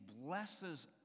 blesses